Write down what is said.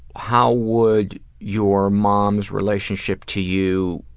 how would your mom's relationship to you